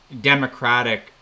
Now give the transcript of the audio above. democratic